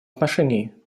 отношении